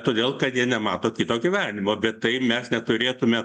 todėl kad jie nemato kito gyvenimo bet tai mes neturėtume